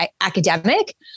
academic